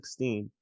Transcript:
16